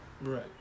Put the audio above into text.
Right